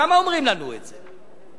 למה אומרים לנו את זה.